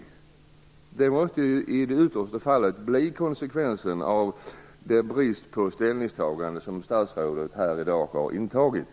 Ytterst måste det ju bli konsekvensen av den brist på ställningstagande som statsrådet här i dag har visat.